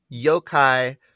yokai